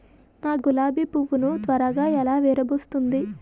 నా గులాబి పువ్వు ను త్వరగా ఎలా విరభుస్తుంది?